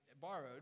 borrowed